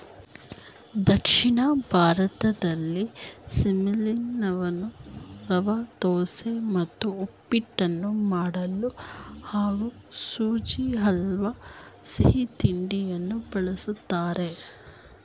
ದಕ್ಷಿಣ ಭಾರತದಲ್ಲಿ ಸೆಮಲೀನವನ್ನು ರವೆದೋಸೆ ಮತ್ತು ಉಪ್ಪಿಟ್ಟನ್ನು ಮಾಡಲು ಹಾಗೂ ಸುಜಿ ಹಲ್ವಾ ಸಿಹಿತಿಂಡಿಯಲ್ಲಿ ಬಳಸ್ತಾರೆ